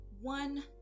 one